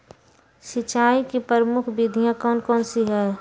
सिंचाई की प्रमुख विधियां कौन कौन सी है?